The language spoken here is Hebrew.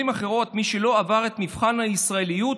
ובמילים אחרות, מי שלא עבר את מבחן הישראליות.